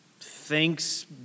thanks